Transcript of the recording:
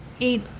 eight